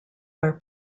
are